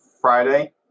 Friday